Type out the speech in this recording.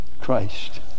Christ